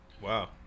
wow